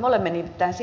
me olemme nimittäin